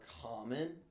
common